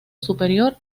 superior